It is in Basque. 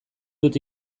dut